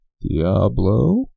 Diablo